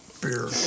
beer